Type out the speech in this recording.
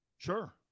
Sure